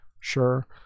sure